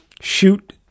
shoot